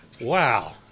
Wow